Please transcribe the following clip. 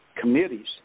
committees